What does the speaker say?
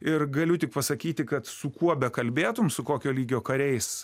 ir galiu tik pasakyti kad su kuo bekalbėtum su kokio lygio kariais